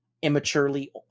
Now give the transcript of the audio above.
immaturely